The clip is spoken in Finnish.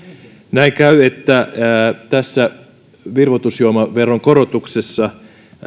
näin käy että tässä virvoitusjuomaveron korotuksessa